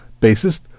bassist